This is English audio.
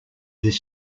this